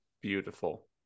beautiful